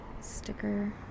sticker